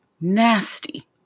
nasty